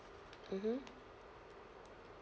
mmhmm